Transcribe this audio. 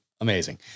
Amazing